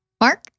Mark